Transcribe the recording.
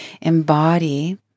embody